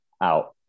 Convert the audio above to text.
out